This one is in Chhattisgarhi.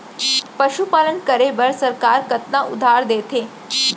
पशुपालन करे बर सरकार कतना उधार देथे?